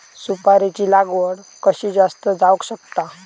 सुपारीची लागवड कशी जास्त जावक शकता?